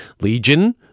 Legion